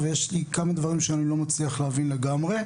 ויש לי כמה דברים שאני לא מצליח להבין לגמרי.